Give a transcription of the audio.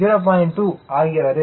2 ஆகிறது